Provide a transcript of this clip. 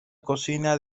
cocina